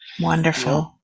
wonderful